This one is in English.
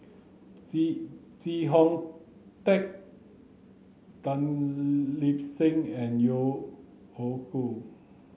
Hong Tat Tan Lip Seng and Yeo Hoe Koon